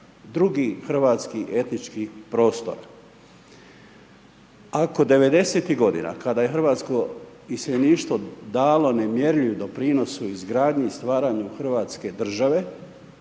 drugih hrvatskih etičkih prostora. Ako '90. godina, kada je hrvatsko iseljeništvo dalo nemjerljiv doprinos u izgradnji i stvaranju Hrvatske države,